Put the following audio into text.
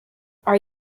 are